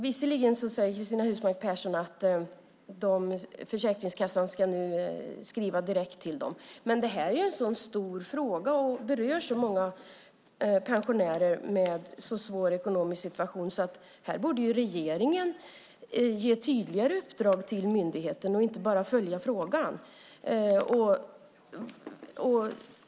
Visserligen säger Cristina Husmark Pehrsson att Försäkringskassan nu ska skriva direkt till dem, men det här är en så stor fråga, och den berör så många pensionärer med svår ekonomisk situation, att regeringen här borde ge tydligare uppdrag till myndigheten och inte bara följa frågan.